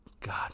god